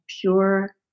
pure